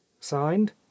signed